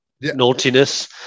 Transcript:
naughtiness